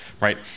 right